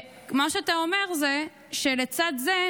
מה שאתה אומר זה שלצד זה,